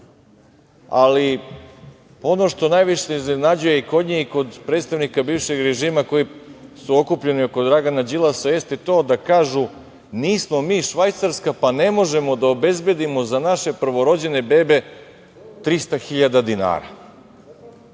ali ono što najviše iznenađuje i kod nje i kod predstavnika bivšeg režima koji su okupljeni oko Dragana Đilasa jeste to da kažu – nismo mi Švajcarska, pa ne možemo da obezbedimo za naše prvorođene bebe 300.000 dinara.U